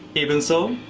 even so.